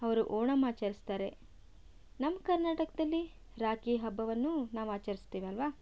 ಅವರು ಓಣಮ್ ಆಚರ್ಸ್ತಾರೆ ನಮ್ಮ ಕರ್ನಾಟಕದಲ್ಲಿ ರಾಖಿ ಹಬ್ಬವನ್ನು ನಾವು ಆಚರಿಸುತ್ತೇವೆ ಅಲ್ಲವಾ